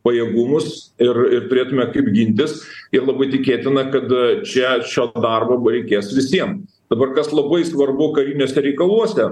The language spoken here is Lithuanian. pajėgumus ir ir turėtume kaip gintis ir labai tikėtina kad čia šio darbo bai reikės visiem dabar kas labai svarbu kariniuose reikaluose